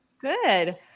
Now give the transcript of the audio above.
good